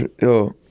Yo